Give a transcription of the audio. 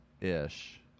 Ish